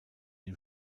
dem